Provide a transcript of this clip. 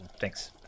Thanks